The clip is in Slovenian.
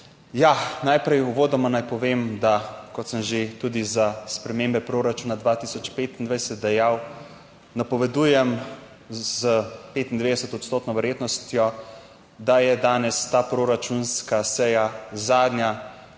najprej uvodoma naj povem, da kot sem že tudi za spremembe proračuna 2025 dejal napovedujem s 25 odstotno verjetnostjo, da je danes ta proračunska seja zadnja,